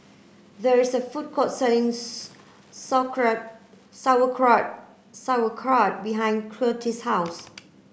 there is a food court selling Sauerkraut Sauerkraut Sauerkraut behind Curtiss' house